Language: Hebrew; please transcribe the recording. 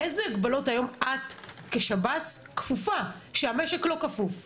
לאילו הגבלות היום את כשב"ס כפופה אליהן שהמשק לא כפוף אליהן?